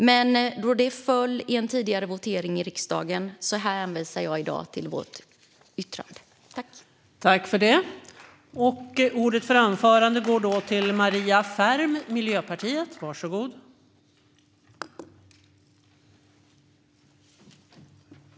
Men då dessa föll i en tidigare votering i riksdagen hänvisar jag i dag till vårt särskilda yttrande.